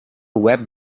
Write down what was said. web